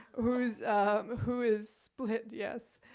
who is who is split, yes,